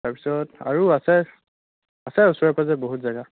তাৰপিছত আৰু আছে আছে ওচৰে পাঁজৰে বহুত জেগা